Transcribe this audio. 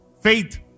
Faith